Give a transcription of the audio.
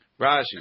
Rashi